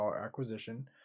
acquisition